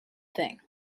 thing